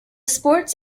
sports